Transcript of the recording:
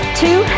two